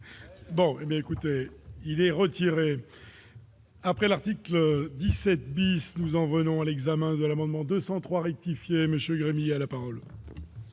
bien écoutez, il est retiré. Après l'article 17 bis nous en venons à l'examen de l'amendement 203 rectifier monsieur à la parole.